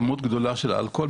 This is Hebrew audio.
כמות גדולה של אלכוהול,